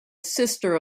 sister